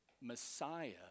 Messiah